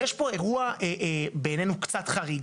יש פה אירוע, בעינינו, קצת חריג.